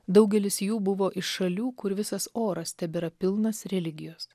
daugelis jų buvo iš šalių kur visas oras tebėra pilnas religijos